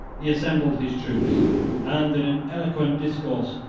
he assembled his troops and, in an eloquent discourse,